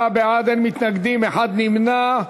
54 בעד, אין מתנגדים, אחד נמנע.